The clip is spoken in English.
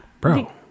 Bro